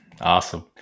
Awesome